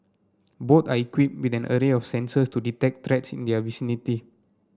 both are equipped with an array of sensors to detect threats in their vicinity